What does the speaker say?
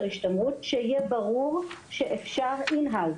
השתמרות שיהיה ברור שאפשר in house.